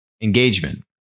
Engagement